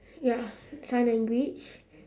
ya sign language